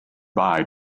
bye